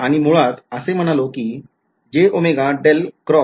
आणि मुळात असे म्हणालो कि